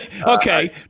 okay